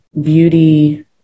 Beauty